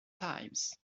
times